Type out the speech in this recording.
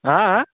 হাঁ হাঁ